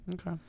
Okay